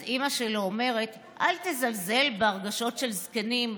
אז אימא שלו אומרת: 'אל תזלזל בהרגשות של זקנים,